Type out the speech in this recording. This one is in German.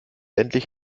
endlich